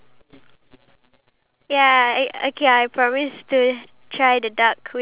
oh maybe jumping jumping like from very high buildings